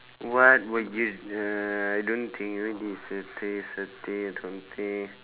what were you uh I don't think really